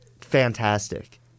fantastic